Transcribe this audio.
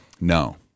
No